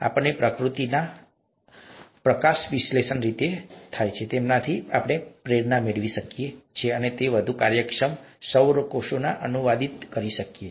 તો શું આપણે પ્રકૃતિમાં જે રીતે પ્રકાશસંશ્લેષણ થાય છે તેમાંથી પ્રેરણા મેળવી શકીએ અને તેને વધુ કાર્યક્ષમ સૌર કોષોમાં અનુવાદિત કરી શકીએ